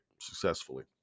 successfully